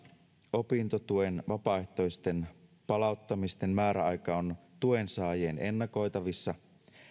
opintotuen vapaaehtoisten palauttamisten määräaika on tuen saajien ennakoitavissa